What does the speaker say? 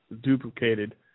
duplicated